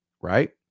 Right